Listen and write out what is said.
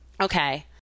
okay